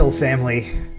Family